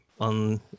on